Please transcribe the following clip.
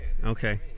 Okay